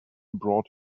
brought